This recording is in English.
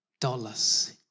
dollars